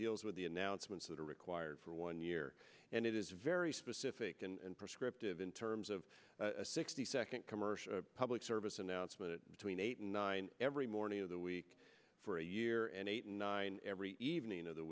deals with the announcements that are required for one year and it is very specific and prescriptive in terms of a sixty second commercial public service announcement between eight and nine every morning of the week for a year and eight and nine every evening of the